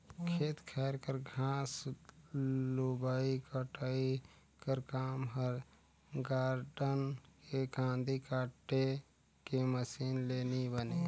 खेत खाएर कर घांस लुबई कटई कर काम हर गारडन के कांदी काटे के मसीन ले नी बने